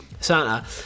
Santa